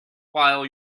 while